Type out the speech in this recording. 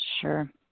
Sure